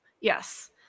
yes